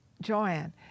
Joanne